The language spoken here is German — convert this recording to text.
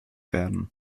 werden